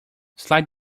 slide